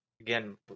Again